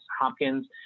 Hopkins